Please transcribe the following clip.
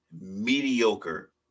mediocre